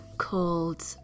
called